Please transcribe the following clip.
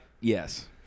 yes